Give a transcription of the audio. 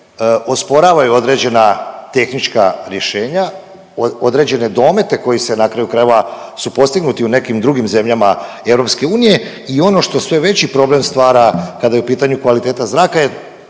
osporavaju određena tehnička rješenja, određene domete koji se na kraju krajeva su postignuti u nekim drugim zemljama EU i ono što sve veći problem stvara kada je u pitanju kvaliteta zraka